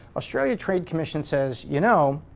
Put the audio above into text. australia trade commission says, you know,